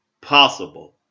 possible